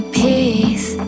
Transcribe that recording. peace